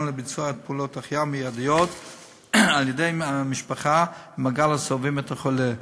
לביצוע פעולות החייאה מיידיות על-ידי המשפחה ומעגל הסובבים את החולה,